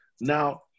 Now